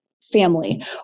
family